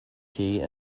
key